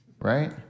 Right